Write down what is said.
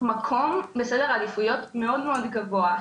מקום בסדר עדיפויות מאוד מאוד גבוה,